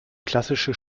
klassische